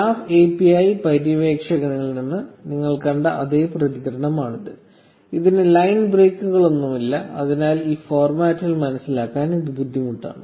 graph API പര്യവേക്ഷകനിൽ നിന്ന് നിങ്ങൾ കണ്ട അതേ പ്രതികരണമാണിത് ഇതിന് ലൈൻ ബ്രേക്കുകളൊന്നുമില്ല അതിനാൽ ഈ ഫോർമാറ്റിൽ മനസ്സിലാക്കാൻ ഇത് ബുദ്ധിമുട്ടാണ്